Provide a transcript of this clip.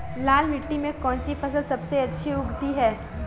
लाल मिट्टी में कौन सी फसल सबसे अच्छी उगती है?